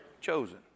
Chosen